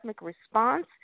response